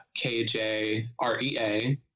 KJREA